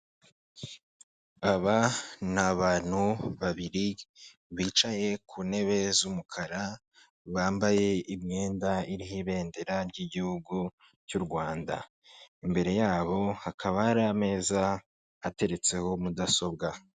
Aba ni abantu babiri bicaye ku ntebe z'umukara, bambaye imyenda iriho ibendera ry'igihugu cy'u Rwanda, imbere yabo hakaba hari ameza ateretseho mudasobwa.